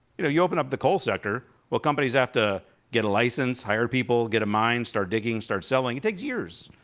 you know, you open up the coal sector, well companies have to get a license, hire people, get a mine, start digging, start selling, it takes years.